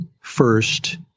first